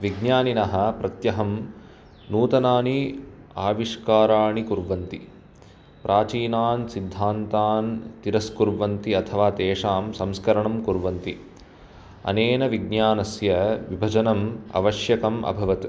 विज्ञानिनः प्रत्यहं नूतनानि आविश्काराणि कुर्वन्ति प्राचीनान् सिद्धान्तान् तिरस्कुर्वन्ति अथवा तेषां संस्करणं कुर्वन्ति अनेन विज्ञानस्य विभजनम् अवश्यकम् अभवत्